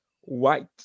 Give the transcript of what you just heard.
white